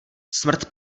smrt